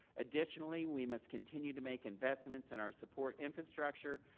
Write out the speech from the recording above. additionally, we must continue to make investments in our support infrastructure,